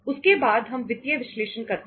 उसके बाद हम वित्तीय विश्लेषण करते हैं